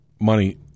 money